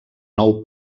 nou